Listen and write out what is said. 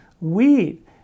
wheat